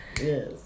Yes